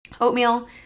oatmeal